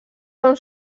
són